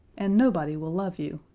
and nobody will love you.